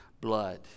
blood